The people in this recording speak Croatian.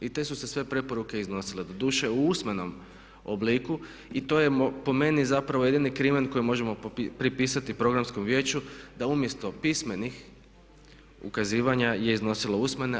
I te su se sve preporuke iznosile, doduše u usmenom obliku i to je po meni zapravo jedini crimen koji možemo pripisati Programskom vijeću da umjesto pismenih ukazivanja je iznosilo usmene.